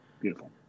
Beautiful